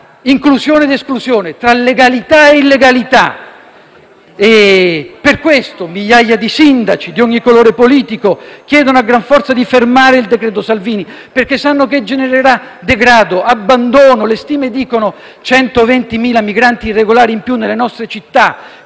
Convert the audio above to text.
inclusione ed esclusione, tra legalità e illegalità. Per questa ragione migliaia di sindaci, di ogni colore politico, chiedono a gran forza di fermare il decreto Salvini, perché sanno che genererà degrado e abbandono. Le stime parlano di 120.000 migranti irregolari in più nelle nostre città,